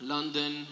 London